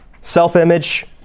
self-image